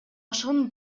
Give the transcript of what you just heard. ошонун